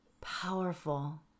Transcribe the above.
powerful